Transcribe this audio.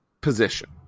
position